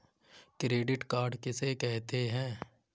Credit card किसे कहते हैं?